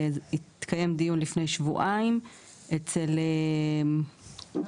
התקיים דיון לפני שבועיים אצל רייכלר.